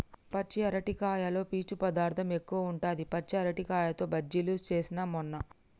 పచ్చి అరటికాయలో పీచు పదార్ధం ఎక్కువుంటది, పచ్చి అరటికాయతో బజ్జిలు చేస్న మొన్న